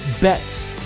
bets